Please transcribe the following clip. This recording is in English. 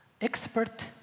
expert